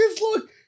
look